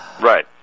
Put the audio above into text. Right